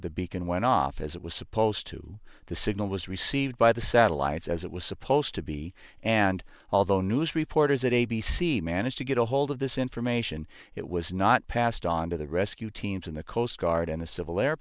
the beacon went off as it was supposed to the signal was received by the satellites as it was supposed to be and although news reporters at a b c managed to get a hold of this information it was not passed on to the rescue teams in the coast guard and the civil air